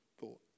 thought